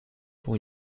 pour